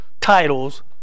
titles